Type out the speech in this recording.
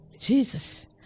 Jesus